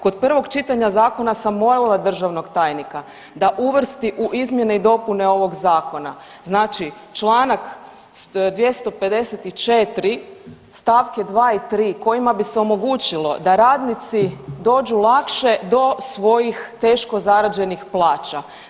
Kod prvog čitanja zakona sam molila državnog tajnika da uvrsti u izmjene i dopune ovog zakona znači čl. 254. st. 2. i 3. kojima bi se omogućilo da radnici dođu lakše do svojih teško zarađenih plaća.